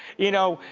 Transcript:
you know,